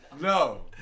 no